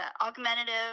augmentative